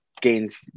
gains